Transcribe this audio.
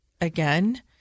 again